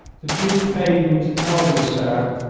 the duke bade me to tell you, sir,